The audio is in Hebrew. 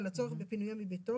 על הצורך בפינויו מביתו,